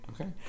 Okay